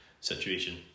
situation